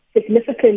significant